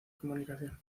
comunicación